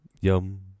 Yum